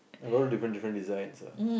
I got in different different designs ah